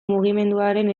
mugimenduaren